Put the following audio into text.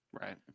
Right